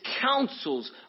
counsels